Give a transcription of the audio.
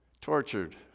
tortured